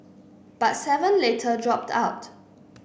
but seven later dropped out